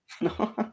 No